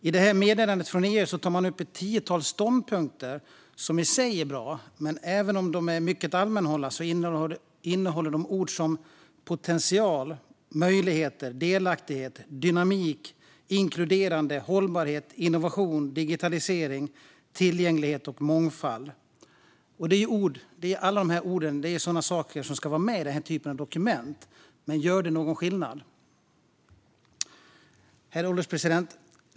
I detta meddelande från EU tar man upp ett tiotal ståndpunkter som i sig är bra, även om de är mycket allmänt hållna och innehåller ord som potential, möjligheter, delaktighet, dynamik, inkluderande, hållbarhet, innovation, digitalisering, tillgänglighet och mångfald. Det är sådana ord som ska vara med i den här typen av dokument, men gör det någon skillnad? Herr ålderspresident!